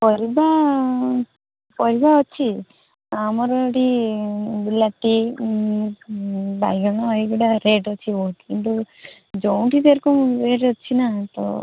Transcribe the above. ପରିବା ପରିବା ଅଛି ଆମର ଏଠି ବିଲାତି ବାଇଗଣ ଏଗୁଡ଼ା ରେଟ୍ ଅଛି ବହୁତ କିନ୍ତୁ ଯେଉଁଠି ଜେରକମ ରେଟ୍ ଅଛି ନା ତ